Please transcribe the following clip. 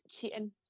cheating